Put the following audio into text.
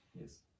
Yes